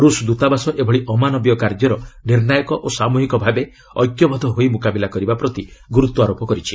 ରୁଷ୍ ଦୂତାବାସ ଏଭଳି ଅମାନବୀୟ କାର୍ଯ୍ୟର ନିର୍ଣ୍ଣାୟକ ଓ ସାମ୍ରହିକ ଭାବେ ଐକ୍ୟବଦ୍ଧ ହୋଇ ମୁକାବିଲା କରିବା ପ୍ରତି ଗୁରୁତ୍ୱ ଆରୋପ କରିଛି